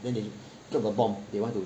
then they drop the bomb they want to